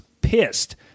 pissed